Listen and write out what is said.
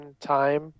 time